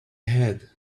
had